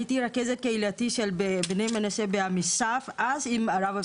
הייתי רכזת קהילתי של בני מנשה בעמיסף אז עם הרב,